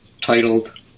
titled